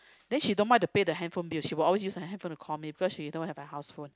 then she don't mind to pay the handphone bill she was always the handphone to call me because she don't have a house phone